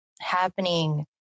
happening